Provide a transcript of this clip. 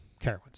Carowinds